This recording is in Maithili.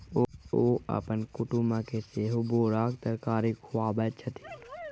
ओ अपन कुटुमके सेहो बोराक तरकारी खुआबै छथि